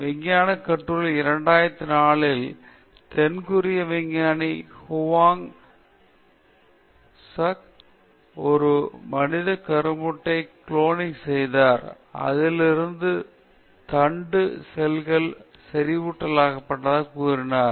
விஞ்ஞானத்தில் ஒரு கட்டுரையில் 2004 ஆம் ஆண்டில் தென் கொரிய விஞ்ஞானி ஹுவாங் வூ சக் ஒரு மனித கருமுட்டை க்ளோன் செய்தார் அதில் இருந்து தண்டு செல்கள் செறிவூட்டப்பட்டதாக கூறினார்